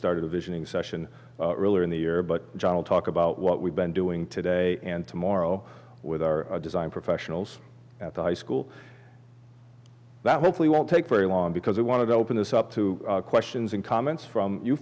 started a visioning session earlier in the year but john will talk about what we've been doing today and tomorrow with our design professionals at the high school that hopefully won't take very long because we want to open this up to questions and comments from you